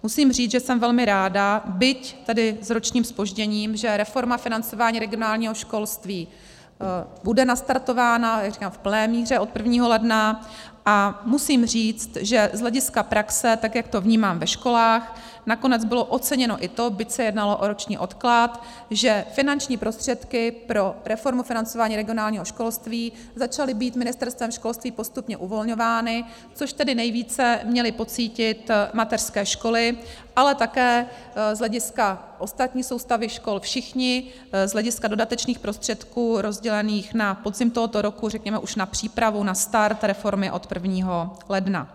Musím říct, že jsem velmi ráda, byť tedy s ročním zpožděním, že reforma financování regionálního školství bude nastartována v plné míře od 1. ledna, a musím říct, že z hlediska praxe, tak jak to vnímám ve školách, nakonec bylo oceněno i to, byť se jednalo o roční odklad, že finanční prostředky pro reformu financování regionálního školství začaly být Ministerstvem školství postupně uvolňovány, což tedy nejvíce měly pocítit mateřské školy, ale také z hlediska ostatní soustavy škol všichni z hlediska dodatečných prostředků rozdělených na podzim tohoto roku řekněme už na přípravu, na start reformy od 1. ledna.